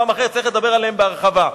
ובפעם אחרת צריך לדבר עליהם בהרחבה.